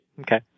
Okay